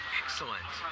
excellent